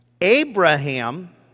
Abraham